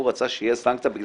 הוא רצה שתהיה סנקציה משום